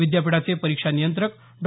विद्यापीठाचे परीक्षा नियंत्रक डॉ